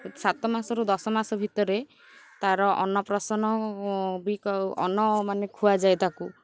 ସାତ ମାସରୁ ଦଶ ମାସ ଭିତରେ ତା'ର ଅନ୍ନପ୍ରସନ ବି ଅନ୍ନ ମାନେ ଖୁଆଯାଏ ତାକୁ